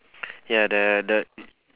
ya the the